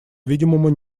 видимому